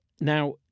Now